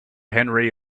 henry